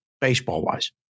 baseball-wise